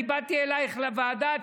אני באתי אלייך לוועדה,